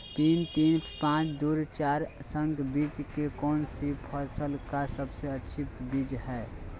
P तीन पांच दू चार संकर बीज कौन सी फसल का सबसे अच्छी बीज है?